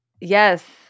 Yes